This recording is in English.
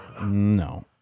no